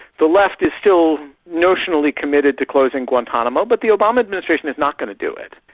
the left is still notionally committed to closing guantanamo, but the obama administration is not going to do it.